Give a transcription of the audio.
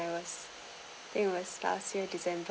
I was it was last year december